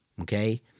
Okay